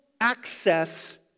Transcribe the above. access